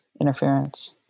interference